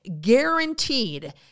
guaranteed